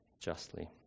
justly